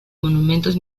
monumentos